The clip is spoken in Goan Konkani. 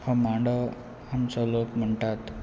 हो मांडो आमचो लोक म्हणटात